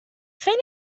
خیلی